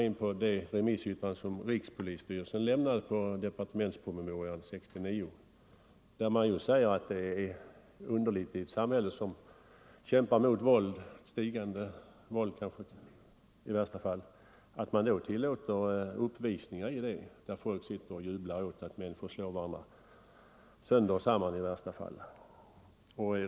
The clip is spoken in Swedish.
I det remissyttrande som rikspolisstyrelsen lämnade till departementspromemorian 1969 sägs att det är underligt att man i ett samhälle som vill bekämpa våld tillåter uppvisningar i boxning där folk sitter och jublar åt att människor slår varandra — sönder och samman i värsta fall.